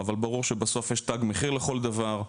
אבל ברור שבסוף יש תג מחיר לכל דבר.